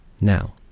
Now